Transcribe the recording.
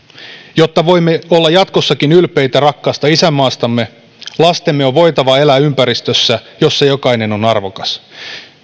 jotta voimme olla jatkossakin ylpeitä rakkaasta isänmaastamme lastemme on voitava elää ympäristössä jossa jokainen on arvokas